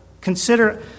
Consider